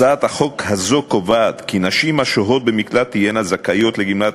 הצעת החוק הזאת קובעת כי נשים השוהות במקלט תהיינה זכאיות לגמלת